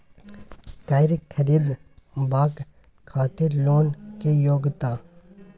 कैर खरीदवाक खातिर लोन के योग्यता?